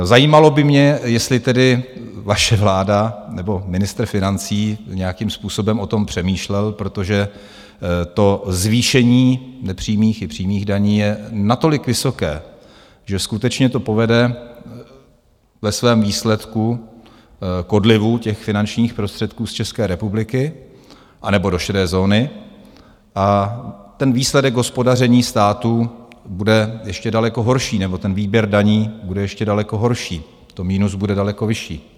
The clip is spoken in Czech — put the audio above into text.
Zajímalo by mě, jestli tedy vaše vláda, nebo ministr financí nějakým způsobem o tom přemýšlel, protože zvýšení nepřímých i přímých daní je natolik vysoké, že skutečně to povede ve svém výsledku k odlivu finančních prostředků z České republiky anebo do šedé zóny a výsledek hospodaření státu bude ještě daleko horší, nebo výběr daní bude ještě daleko horší, minus bude daleko vyšší.